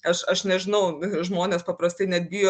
aš aš nežinau žmonės paprastai net bijo